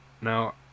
now